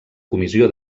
comissió